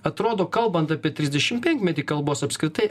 atrodo kalbant apie trisdešimpenkmetį kalbos apskritai